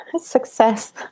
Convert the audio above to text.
success